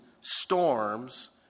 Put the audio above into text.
storms